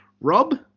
Rob